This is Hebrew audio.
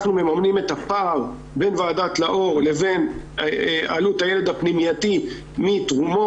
אנחנו מממנים את הפער בין ועדת לאור לבין עלות הילד בפנימייה מתרומות